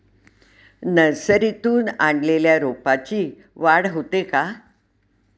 नर्सरीतून आणलेल्या रोपाची वाढ होते का?